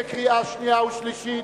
קריאה שנייה וקריאה שלישית,